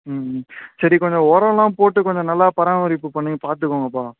ம் ம் சரி கொஞ்ச உரோலாம் போட்டு கொஞ்ச நல்லா பராமரிப்பு பண்ணி பார்த்துக்கோங்கபா